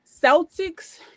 Celtics –